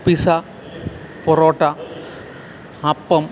pizza parotta അപ്പം